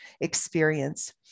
experience